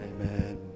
Amen